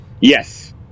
Yes